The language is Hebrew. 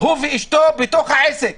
הוא ואישתו בעסק,